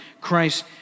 Christ